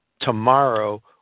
Tomorrow